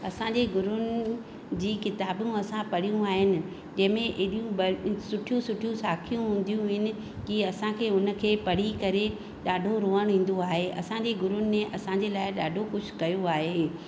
असांजे गुरुनि जी किताबूं असां पढ़ियूं आहिनि जंहिंमे एॾियूं ब सुठियूं सुठियूं साखियूं हूंदियूं आहिनि की असांखे उनखे पढ़ी करे ॾाढो रोअण ईंदो आहे असांजे गुरुनि असांजे लाइ ॾाढो कुझु कयो आहे